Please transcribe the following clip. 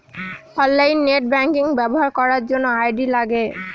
online net banking ব্যবহার করার জন্য আই.ডি লাগে